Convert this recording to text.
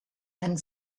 and